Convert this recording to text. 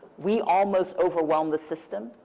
we almost overwhelmed the system.